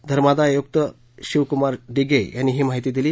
धर्मादाय आयुक्त शिवकुमार डिगे यांनी ही माहिती दिली